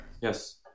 Yes